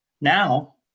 Now